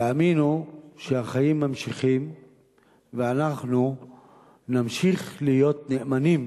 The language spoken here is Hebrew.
תאמינו שהחיים ממשיכים ואנחנו נמשיך להיות נאמנים